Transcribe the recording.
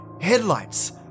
Headlights